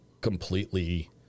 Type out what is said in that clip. completely